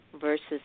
versus